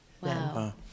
Wow